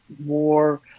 more